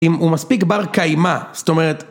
אם הוא מספיק בר קיימה, זאת אומרת...